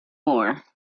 war